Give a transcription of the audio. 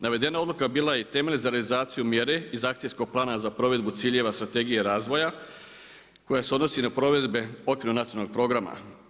Navedena odluka bila je i temelj za realizaciju mjere iz Akcijskog plana za provedbu ciljeva strategije razvoja koja se odnosi na provedbe Okvirnog nacionalnog programa.